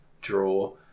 draw